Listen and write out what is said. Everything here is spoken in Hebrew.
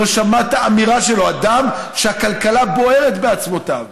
לא שמעת אמירה שלו, אדם שהכלכלה בוערת בעצמותיו,